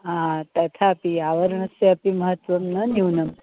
हा तथापि आवरणस्यापि महत्त्वं न न्यूनं